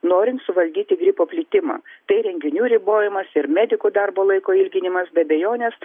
norint suvaldyti gripo plitimą tai renginių ribojimas ir medikų darbo laiko ilginimas be abejonės